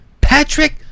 Patrick